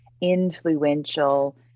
influential